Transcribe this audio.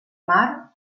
mar